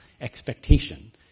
expectation